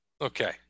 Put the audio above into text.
Okay